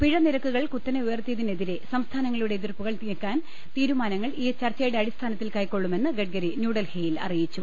പിഴ നിരക്കുകൾ കുത്തനെ ഉയർത്തിയതിനെതിരെ സംസ്ഥാനങ്ങളുടെ എതിർപ്പുകൾ നീക്കാൻ തീരുമാനങ്ങൾ ഈ ചർച്ചയുടെ അടിസ്ഥാനത്തിൽ ക്കെക്കൊള്ളു മെന്ന് ഗഡ്ഗരി ന്യൂഡൽഹിയിൽ അറിയിച്ചു